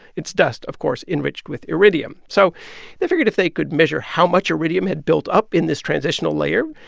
it's dust, of course, enriched with iridium. so they figured if they could measure how much iridium had built up in this transitional layer,